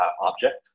object